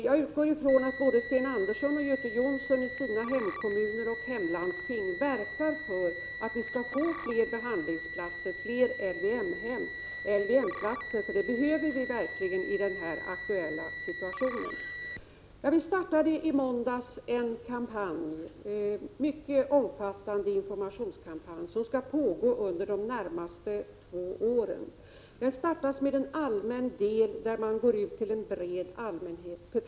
Jag utgår från att både Sten Andersson och Göte Jonsson i sina hemkommuner och hemlandsting verkar för fler behandlingshem, fler LVM-platser. Vi behöver verkligen sådana platser i den här akuta situationen. Vi startade i måndags en mycket omfattande informationskampanj, som skall pågå under de närmaste två åren. Den börjar med en allmän del, riktad till en bred allmänhet.